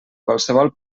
qualsevol